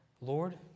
Lord